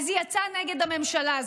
אז היא יצאה נגד הממשלה,